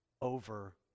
over